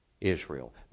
Israel